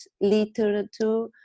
literature